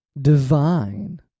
divine